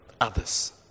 Others